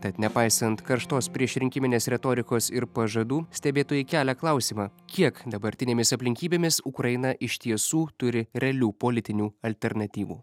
tad nepaisant karštos priešrinkiminės retorikos ir pažadų stebėtojai kelia klausimą kiek dabartinėmis aplinkybėmis ukraina iš tiesų turi realių politinių alternatyvų